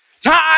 Time